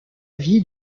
vie